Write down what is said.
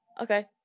okay